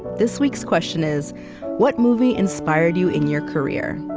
this week's question is what movie inspired you in your career?